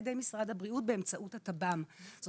ידי משרד הבריאות באמצעות הטב"ם טיפול בריאותי מקדם.